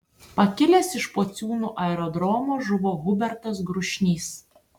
pakilęs iš pociūnų aerodromo žuvo hubertas grušnys